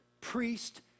priest